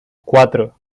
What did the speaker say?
cuatro